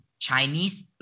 Chinese